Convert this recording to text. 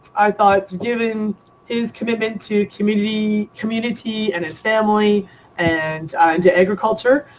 i thought given his commitment to community community and his family and to agriculture,